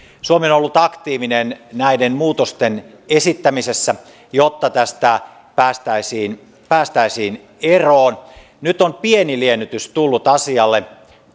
on ollut aktiivinen näiden muutosten esittämisessä jotta tästä päästäisiin päästäisiin eroon nyt on pieni liennytys tullut asialle